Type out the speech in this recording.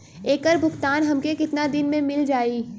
ऐकर भुगतान हमके कितना दिन में मील जाई?